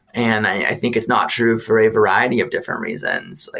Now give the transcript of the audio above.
and i think it's not true for a variety of different reasons. like